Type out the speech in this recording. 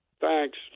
Thanks